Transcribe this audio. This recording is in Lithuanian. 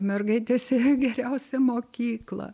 mergaitės geriausią mokyklą